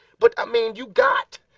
but i mean you got,